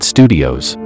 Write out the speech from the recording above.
Studios